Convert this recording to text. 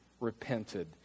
repented